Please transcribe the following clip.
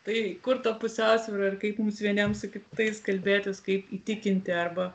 tai kur ta pusiausvyra ir kaip mums vieniems su kitais kalbėtis kaip įtikinti arba